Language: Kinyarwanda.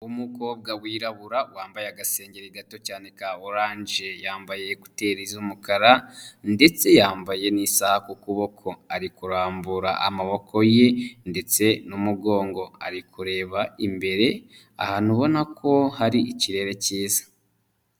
Umukobwa wirabura wambaye agasenge gato cyane ka oranje yambaye ekuteri z'umukara ndetse yambaye n'isaha ku kuboko ari kurambura amaboko ye ndetse numugongo, ari kureba imbere ahantu ubona ko hari ikirere cyiza.